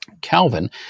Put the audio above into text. Calvin